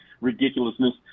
ridiculousness